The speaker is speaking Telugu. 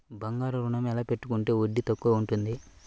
బంగారు ఋణం ఎలా పెట్టుకుంటే వడ్డీ తక్కువ ఉంటుంది?